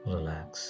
Relax